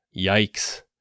Yikes